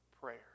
prayer